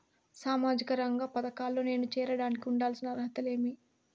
సామాజిక రంగ పథకాల్లో నేను చేరడానికి ఉండాల్సిన అర్హతలు ఏమి?